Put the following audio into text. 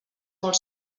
molt